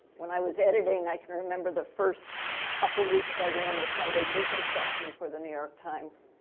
when i was editing, i can remember the first couple weeks i ran the sunday business section for the new york times.